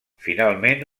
finalment